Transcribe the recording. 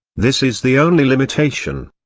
this is the only limitation.